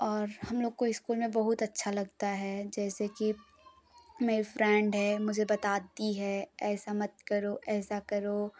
और हम लोग को स्कूल में बहुत अच्छा लगता है जैसे कि मेरी फ्रेंड है मुझे बताती है ऐसा मत करो ऐसा करो